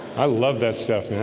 i love that stuff. and